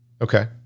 Okay